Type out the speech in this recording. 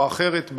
או האחרת,